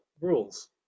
rules